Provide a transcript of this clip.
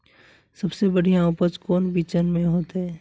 सबसे बढ़िया उपज कौन बिचन में होते?